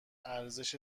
ارزش